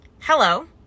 Hello